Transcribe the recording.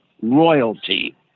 royalty